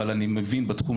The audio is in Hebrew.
אבל אני מבין בתחום,